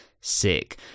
sick